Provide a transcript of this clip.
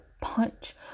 punch